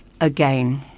again